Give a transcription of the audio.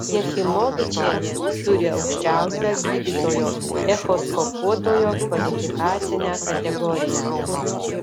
jachimovičienė turi aukščiausią gydytojo echoskopuotojo kvalifikacinę kategoriją